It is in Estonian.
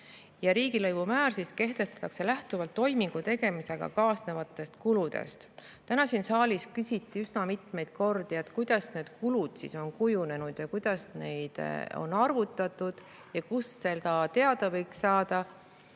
Riigilõivu määr kehtestatakse lähtuvalt toimingu tegemisega kaasnevatest kuludest. Täna siin saalis küsiti üsna mitmeid kordi, kuidas need kulud on kujunenud ja kuidas neid on arvutatud ja kust võiks selle